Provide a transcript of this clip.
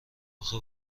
اخه